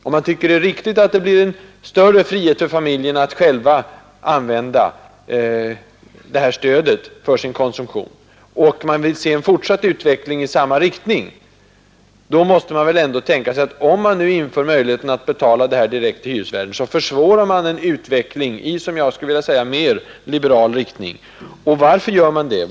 Om man tycker att det är riktigt att det blir en större frihet för familjerna att själva använda stödet för sin konsumtion och om man vill se en fortsatt utveckling i samma liberala riktning. Den försvåras om man inför möjligheten att betala bidragen direkt till hyresvärden. Och vad är motivet för att göra detta?